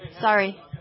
Sorry